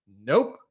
Nope